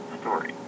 story